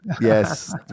yes